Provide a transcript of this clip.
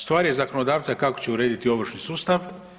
Stvar je zakonodavca kako će urediti ovršni sustav.